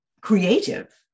creative